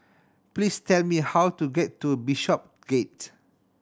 please tell me how to get to Bishopsgate